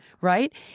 right